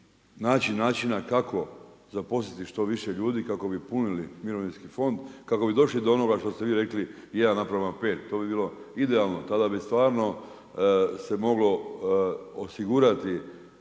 naći načina kako zaposliti što više ljudi kako bi punili mirovinski fond, kako bi došli do onoga što ste vi rekli, jedan naprama 5, to bi bilo idealno, tada bi stvarno se moglo osigurati